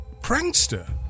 prankster